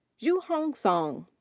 zhihang song.